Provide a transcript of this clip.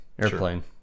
airplane